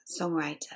songwriter